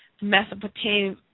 Mesopotamia